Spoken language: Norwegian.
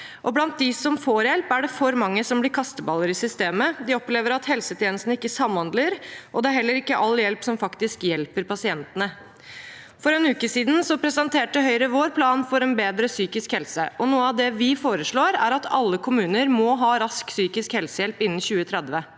Blant dem som får hjelp, er det for mange som blir kasteballer i systemet. De opplever at helsetjenestene ikke samhandler, og det er heller ikke all hjelp som faktisk hjelper pasientene. For en uke siden presenterte Høyre sin plan for en bedre psykisk helse. Noe av det vi foreslår, er at alle kommuner må ha tilbudet Rask psykisk helsehjelp innen 2030.